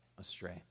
astray